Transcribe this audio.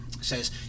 Says